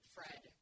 Fred